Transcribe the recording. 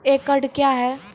एकड कया हैं?